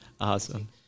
Awesome